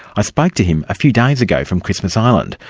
i spoke to him a few days ago from christmas island,